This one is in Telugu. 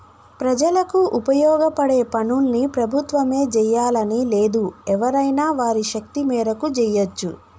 ప్రజలకు ఉపయోగపడే పనుల్ని ప్రభుత్వమే జెయ్యాలని లేదు ఎవరైనా వారి శక్తి మేరకు జెయ్యచ్చు